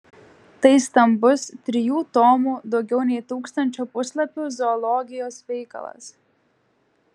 tai stambus trijų tomų daugiau nei tūkstančio puslapių zoologijos veikalas